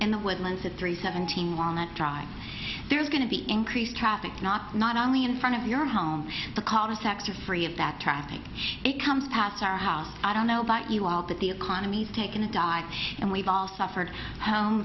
at three seventeen wanna drive there's going to be increased traffic not not only in front of your home the college sector free of that traffic it comes past our house i don't know about you all but the economy's taken a dive and we've all suffered home